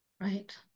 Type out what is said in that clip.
Right